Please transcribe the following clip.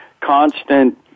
constant